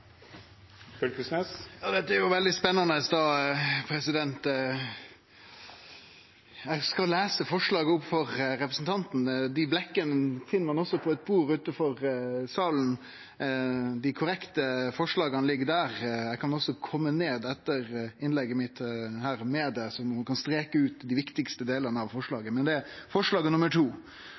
Dette er jo veldig spennande. Eg skal lese opp forslaget for representanten. Dei blekkjene finn ein også på eit bord utanfor salen. Dei korrekte forslaga ligg der. Eg kan også kome ned med det etter innlegget mitt, slik at ein kan streke under dei viktigaste delane av forslaget. I forslag nr. 2 står det